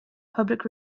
public